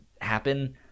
happen